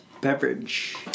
beverage